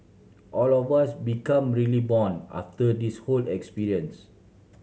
all of us become really bond after this whole experience